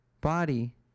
body